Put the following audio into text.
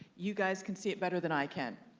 you guys can see it better than i can.